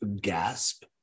gasp